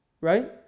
Right